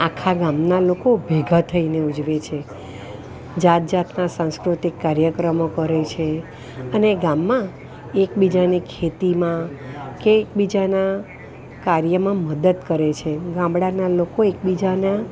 આખા ગામના લોકો ભેગાં થઈને ઉજવે છે જાત જાતના સાંસ્કૃતિક કાર્યક્રમો કરે છે અને ગામમાં એકબીજાની ખેતીમાં કે એકબીજાના કાર્યમાં મદદ કરે છે ગામડાના લોકો એકબીજાના